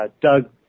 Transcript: Doug